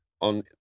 on